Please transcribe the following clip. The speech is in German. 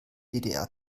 ddr